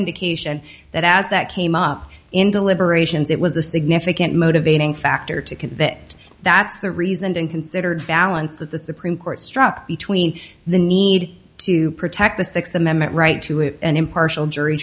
indication that as that came up in deliberations it was a significant motivating factor to convict that's the reason been considered balance that the supreme court struck between the need to protect the sixth amendment right to have an impartial jury